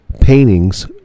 paintings